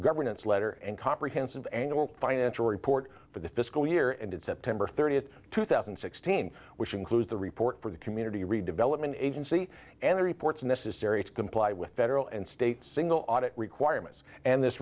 governance letter and comprehensive annual financial report for the fiscal year ended september thirtieth two thousand and sixteen which includes the report for the community redevelopment agency and the reports necessary to comply with federal and state single audit requirements and this